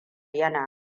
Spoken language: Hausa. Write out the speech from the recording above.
yana